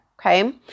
Okay